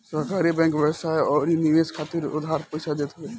सहकारी बैंक व्यवसाय अउरी निवेश खातिर उधार पईसा देत हवे